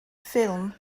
ffilm